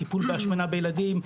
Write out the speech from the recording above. טיפול בהשמנה בילדים.